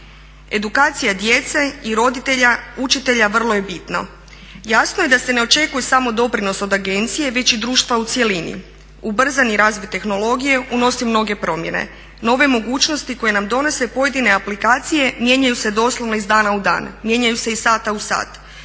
Edukacija djece i roditelja, učitelja vrlo je bitna. Jasno je da se ne očekuje samo doprinos od agencije već i društva u cjelini. Ubrzani razvoj tehnologije unosi mnoge promjene. Nove mogućnosti koje nam donose pojedine aplikacije mijenjaju se doslovno iz dana u dan, mijenjaju se iz sata u sat.